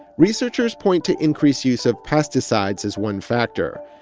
researchers point to increased use of pesticides as one factor.